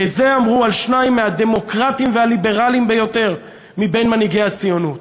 את זה אמרו על שניים מהדמוקרטים והליברלים ביותר מבין מנהיגי הציונות: